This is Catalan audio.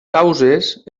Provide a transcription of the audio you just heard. causes